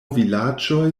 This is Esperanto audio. vilaĝoj